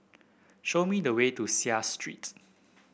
show me the way to Seah Street